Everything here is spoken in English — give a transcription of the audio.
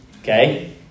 Okay